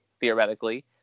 theoretically